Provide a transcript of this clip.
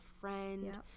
friend